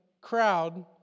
crowd